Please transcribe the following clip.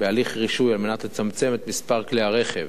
בהליך הרישוי, כדי לצמצם את מספר כלי-הרכב